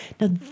Now